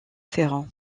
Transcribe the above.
ferrand